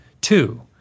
two